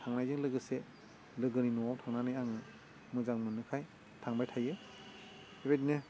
थांनायजों लोगोसे लोगोनि न'वाव थांनानै आं मोजां मोनोखाय थांबाय थायो बेबायदिनो